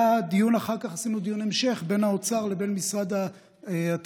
אחר כך היה דיון המשך בין האוצר לבין משרד התחבורה,